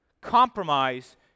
compromise